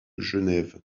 genève